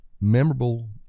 Memorable